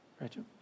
Rachel